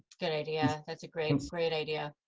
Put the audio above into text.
good idea. that's a great great idea.